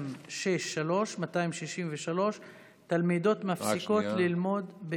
263: תלמידות מפסיקות ללמוד, רק שנייה.